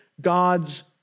God's